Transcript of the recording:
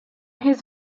his